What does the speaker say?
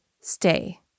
stay